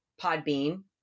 Podbean